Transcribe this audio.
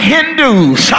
Hindus